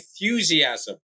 enthusiasm